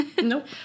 Nope